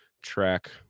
track